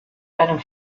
einem